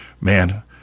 man